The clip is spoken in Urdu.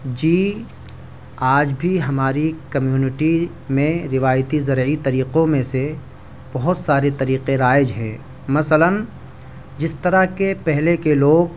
جی آج بھی ہماری کیمیونٹی میں روایتی زرعی طریقوں میں سے بہت سارے طریقے رائج ہے مثلاً جس طرح کے پہلے کے لوگ